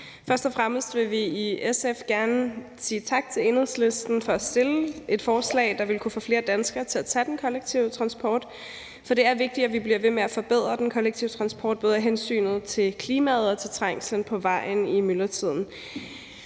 Først og fremmest vil vi i SF gerne sige tak til Enhedslisten for at fremsætte et forslag, der vil kunne få flere danskere til at tage den kollektive transport. For det er vigtigt, at vi bliver ved med at forbedre den kollektive transport, både af hensyn til klimaet og til trængslen på vejen i myldretiden.